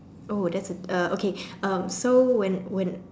oh that's okay so when when